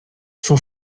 son